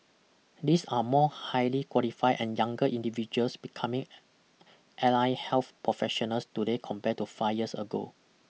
these are more highly qualified and younger individuals becoming ally health professionals today compare to five years ago